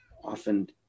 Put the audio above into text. often